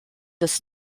des